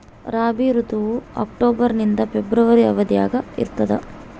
ರಾಬಿ ಋತುವು ಅಕ್ಟೋಬರ್ ನಿಂದ ಫೆಬ್ರವರಿ ಅವಧಿಯಾಗ ಇರ್ತದ